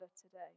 today